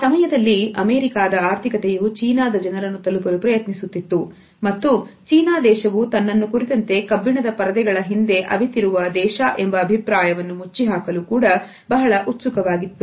ಆ ಸಮಯದಲ್ಲಿ ಅಮೇರಿಕಾದ ಆರ್ಥಿಕತೆಯು ಚೀನಾದ ಜನರನ್ನು ತಲುಪಲು ಪ್ರಯತ್ನಿಸುತ್ತಿತ್ತು ಮತ್ತು ಚೀನಾ ದೇಶವು ತನ್ನನ್ನು ಕುರಿತಂತೆ ಕಬ್ಬಿಣದ ಪರದೆಗಳ ಹಿಂದೆ ಅವಿತಿರುವ ದೇಶ ಎಂಬ ಅಭಿಪ್ರಾಯವನ್ನು ಮುಚ್ಚಿಹಾಕಲು ಕೂಡ ಬಹಳ ಉತ್ಸುಕವಾಗಿತ್ತು